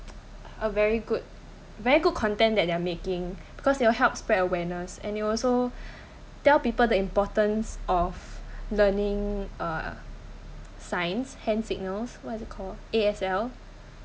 a very good very good content that they are making because they will help spread awareness and it will also tell people the importance of learning uh signs hand signals what is it called A_S_L